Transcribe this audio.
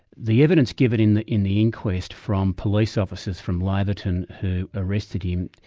the evidence given in the in the inquest from police officers from laverton who arrested him,